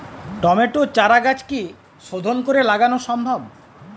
টমেটোর চারাগাছ কি শোধন করে লাগানো সম্ভব?